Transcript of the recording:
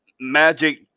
magic